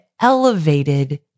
elevated